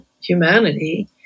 humanity